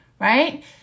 right